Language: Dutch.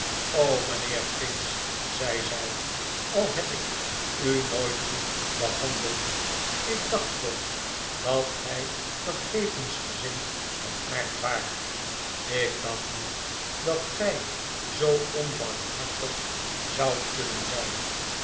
mijnheer pinch zei zij al heb ik u nooit goed behandeld ik dacht toch dat gij vergevensgezind van aard waart ik dacht niet dat gij zoo onbarmhartig zoudt kunnen zijn